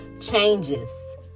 changes